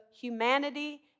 humanity